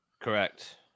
correct